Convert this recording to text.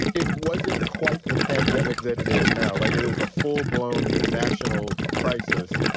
it wasn't quite the pandemic that it is now. like it is a full blown national crisis.